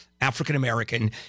African-American